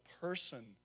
person